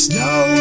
Snow